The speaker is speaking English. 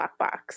lockbox